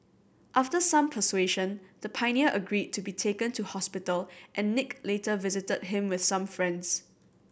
after some persuasion the pioneer agreed to be taken to hospital and Nick later visited him with some friends